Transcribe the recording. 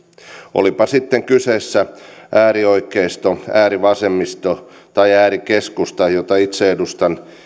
olipa sitten kyseessä äärioikeisto äärivasemmisto tai äärikeskusta jota itse edustan